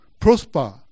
prosper